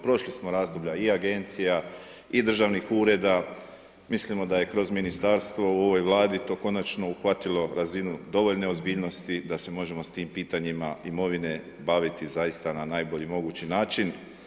Prošli smo razdoblja i agencija i državnih ureda, mislimo da je kroz ministarstvo u ovoj Vladi to konačno uhvatilo razinu dovoljno ozbiljnosti da se možemo s tim pitanjima imovine baviti zaista na najbolji mogući način.